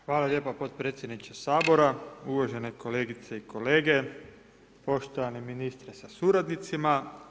Hvala lijepo podpredsjedniče Sabora, uvažene kolegice i kolege, poštovani ministre sa suradnicima.